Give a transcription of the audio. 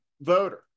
voter